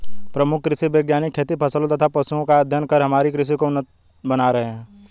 प्रमुख कृषि वैज्ञानिक खेती फसलों तथा पशुओं का अध्ययन कर हमारी कृषि को उन्नत बना रहे हैं